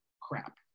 crap